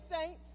Saints